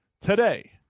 today